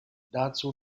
dazu